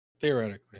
Theoretically